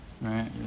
Right